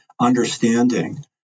understanding